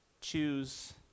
choose